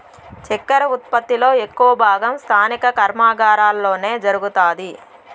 చక్కర ఉత్పత్తి లో ఎక్కువ భాగం స్థానిక కర్మాగారాలలోనే జరుగుతాది